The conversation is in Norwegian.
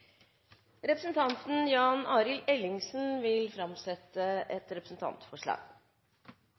Representanten Jan-Arild Ellingsen vil framsette et representantforslag.